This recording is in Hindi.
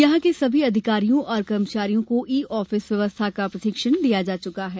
यहां के सभी अधिकारियों और कर्मचारियों को ई आफिस व्यवस्था का प्रशिक्षण दिया जा चुका है